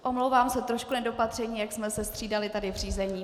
Omlouvám se, trošku nedopatření, jak jsme se střídali v řízení.